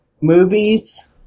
Movies